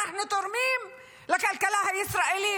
אנחנו תורמים לכלכלה הישראלית.